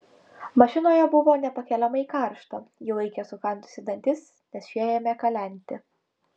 mašinoje buvo nepakeliamai karšta ji laikė sukandusi dantis nes šie ėmė kalenti